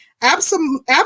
absolute